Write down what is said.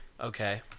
Okay